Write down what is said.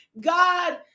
god